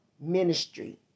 ministry